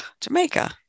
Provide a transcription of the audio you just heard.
Jamaica